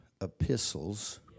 epistles